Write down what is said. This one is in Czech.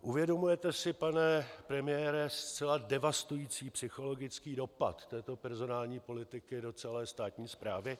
Uvědomujete si, pane premiére, zcela devastující psychologický dopad této personální politiky do celé státní správy?